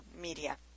media